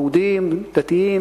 של יהודים דתיים,